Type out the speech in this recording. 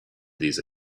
these